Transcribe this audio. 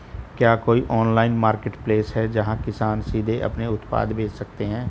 क्या कोई online marketplace है जहां किसान सीधे अपने उत्पाद बेच सकते हैं?